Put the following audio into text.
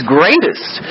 greatest